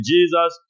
Jesus